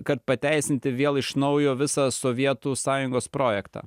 kad pateisinti vėl iš naujo visą sovietų sąjungos projektą